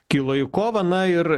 kilo į kovą na ir